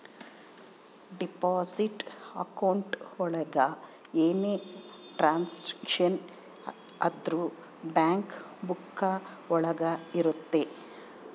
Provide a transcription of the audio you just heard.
deposit account ಒಳಗ ಏನೇ transaction ಆದ್ರೂ ಬ್ಯಾಂಕ್ ಬುಕ್ಕ ಒಳಗ ಇರುತ್ತೆ